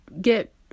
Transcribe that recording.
Get